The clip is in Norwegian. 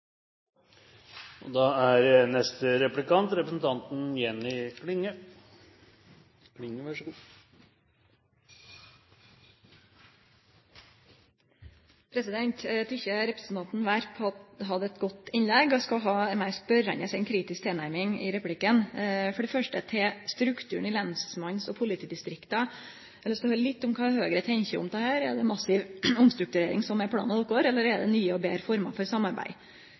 representanten Werp hadde eit godt innlegg. Eg skal ha ei meir spørjande enn kritisk tilnærming i replikken. For det første til strukturen i lensmanns- og politidistrikta. Eg har lyst til å høyre litt om kva Høgre tenkjer om dette. Er det ei massiv omstrukturering som er planen dykkar, eller er det nye og betre former for samarbeid?